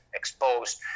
exposed